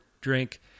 drink